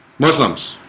muslims